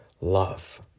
love